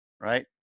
right